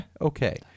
okay